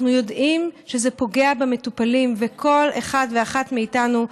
אנחנו יודעים שזה פוגע במטופלים ובכל אחד ואחת מאיתנו.